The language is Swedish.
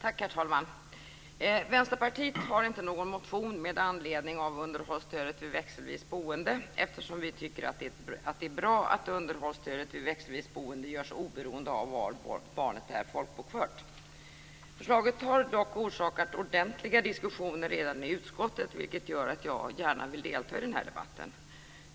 Herr talman! Vänsterpartiet har inte någon motion med anledning av underhållsstödet vid växelvis boende, eftersom vi tycker att det är bra att underhållsstödet vid växelvis boende görs oberoende av var barnet är folkbokfört. Förslaget har dock orsakat ordentliga diskussioner redan i utskottet, vilket gör att jag gärna vill delta i den här debatten.